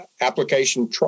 application